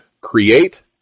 create